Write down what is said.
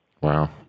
Wow